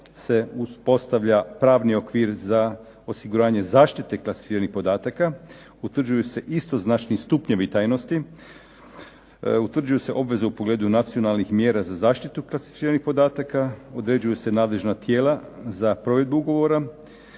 se uspostavlja pravni okvir za osiguranje zaštite klasificiranih podataka, utvrđuju se istoznačni stupnjevi tajnosti, utvrđuju se obveze u poglede nacionalnih mjera za zaštitu klasificiranih podataka, određuju se nadležna tijela za provedbu ugovora,